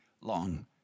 long